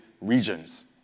regions